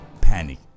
panic